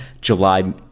July